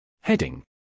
Heading